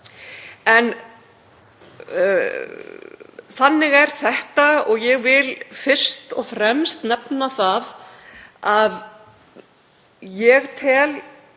En þannig er þetta og ég vil fyrst og fremst nefna það að ég tel